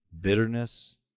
bitterness